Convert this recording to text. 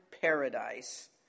paradise